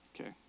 Okay